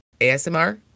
ASMR